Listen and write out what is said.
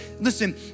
listen